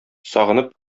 сагынып